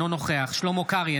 אינו נוכח שלמה קרעי,